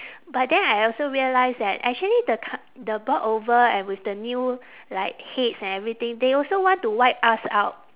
but then I also realise that actually the c~ the bought over and with the new like heads and everything they also want to wipe us out